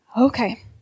Okay